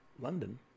London